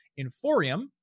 Inforium